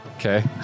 Okay